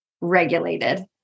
regulated